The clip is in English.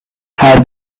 had